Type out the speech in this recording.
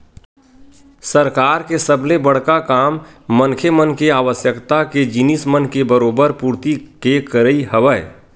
सरकार के सबले बड़का काम मनखे मन के आवश्यकता के जिनिस मन के बरोबर पूरति के करई हवय